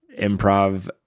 improv